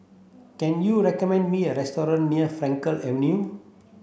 can you recommend me a restaurant near Frankel Avenue